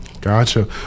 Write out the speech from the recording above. gotcha